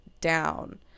down